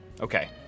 Okay